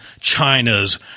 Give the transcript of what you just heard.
China's